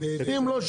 ואם לא,